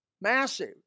Massive